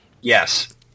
Yes